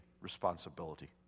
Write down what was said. responsibility